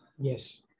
Yes